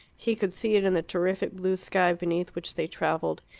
he could see it in the terrific blue sky beneath which they travelled,